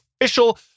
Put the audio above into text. official